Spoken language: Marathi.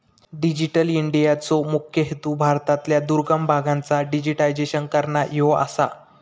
डिजिटल इंडियाचो मुख्य हेतू भारतातल्या दुर्गम भागांचा डिजिटायझेशन करना ह्यो आसा